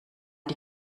die